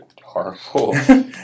horrible